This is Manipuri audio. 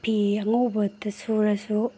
ꯐꯤ ꯑꯉꯧꯕꯇ ꯁꯨꯔꯁꯨ